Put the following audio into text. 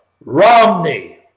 Romney